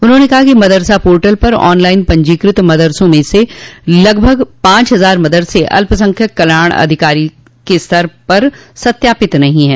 उन्होंने कहा कि मदरसा पोर्टल पर ऑन लाइन पंजीकृत मदरसों में से लगभग पांच हजार मदरसे अल्पसंख्यक कल्याण अधिकारी के स्तर से सत्यापित नहीं हैं